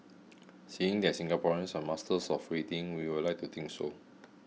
seeing that Singaporeans are masters of waiting we would like to think so